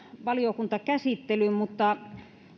valiokuntakäsittelyyn mutta